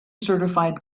certified